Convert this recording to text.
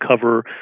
cover